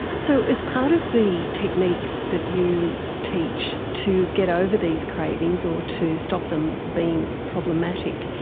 so as part of the techniques that you teach to get over these cravings or to stop them being problematic,